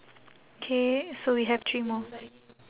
K so we have three more